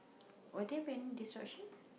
or there been disruption